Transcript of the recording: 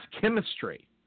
chemistry